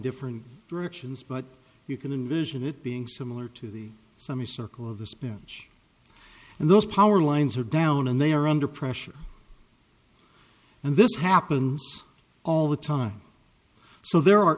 different directions but you can envision it being similar to the semicircle of this bench and those power lines are down and they are under pressure and this happens all the time so there are